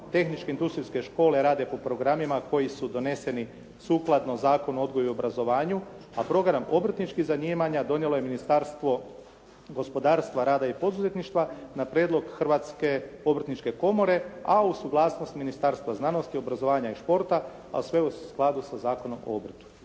Tehničke i industrijske škole rade po programima koji su doneseni sukladno Zakonu o odgoju i obrazovanju, a program obrtničkih zanimanja donijelo je Ministarstvo gospodarstva, rada i poduzetništva na prijedlog Hrvatske obrtničke komore, a uz suglasnost Ministarstva znanosti, obrazovanja i športa, a sve u skladu sa Zakonom o obrtu.